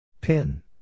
pin